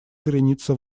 коренится